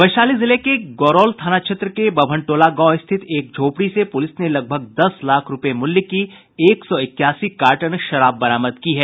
वैशाली जिले के गोरौल थाना क्षेत्र के वभन टोला गांव स्थित एक झोपड़ी से पुलिस ने लगभग दस लाख रूपये मूल्य की एक सौ इक्यासी कार्टन विदेशी शराब बरामद की है